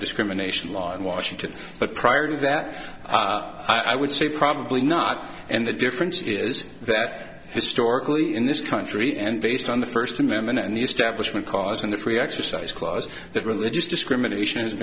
discrimination law in washington but prior to that i would say probably not and the difference is that historically in this country and based on the first amendment and the establishment cause and the free exercise clause that religious discrimination